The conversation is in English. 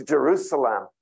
Jerusalem